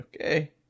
Okay